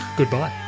Goodbye